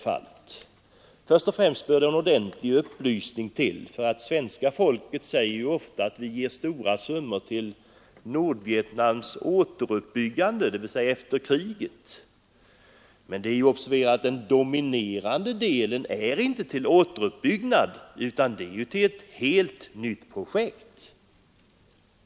Först och främst erfordras ordentlig upplysning. Svenska folket får ofta den uppfattningen att vi ger stora summor till Nordvietnams återuppbyggnad efter kriget. Men det är att observera att den dominerande delen av biståndet inte går till återuppbyggnad utan till ett helt nytt projekt.